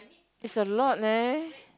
it's a lot leh